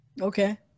Okay